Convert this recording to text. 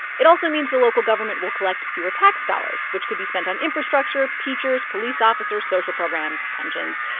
it also means the local government will collect fewer tax dollars, which could be spent on infrastructure, teachers, police officers, social programs, pensions.